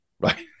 Right